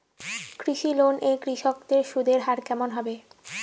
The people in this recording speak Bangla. কৃষি লোন এ কৃষকদের সুদের হার কেমন হবে?